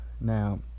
now